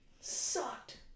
sucked